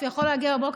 להגיד.